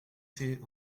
fait